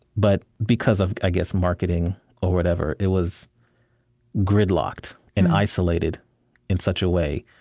but because of, i guess, marketing or whatever, it was gridlocked and isolated in such a way,